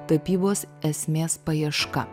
tapybos esmės paieška